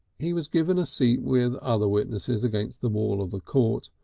he was given a seat with other witnesses against the wall of the court,